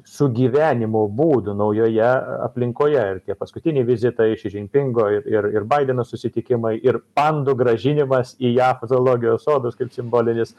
sugyvenimo būdų naujoje aplinkoje ir tie paskutiniai vizitai šežing pingo ir ir ir baideno susitikimai ir pandų grąžinimas į jav zoologijos sodus kaip simbolinis